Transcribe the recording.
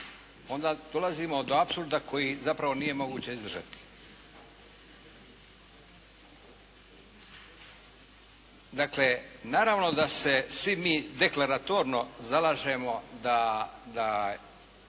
onda dolazimo do apsurda koji zapravo nije mogu izdržati. Dakle, naravno da se svi mi deklaratorno zalažemo da